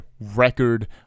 record